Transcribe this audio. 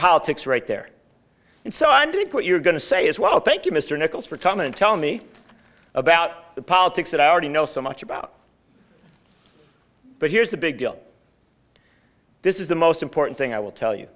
politics right there and so i'm think what you're going to say is well thank you mr nichols for come and tell me about the politics that i already know so much about but here's the big deal this is the most important thing i will tell you